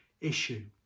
issue